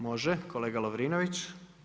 Može, kolega Lovrinović.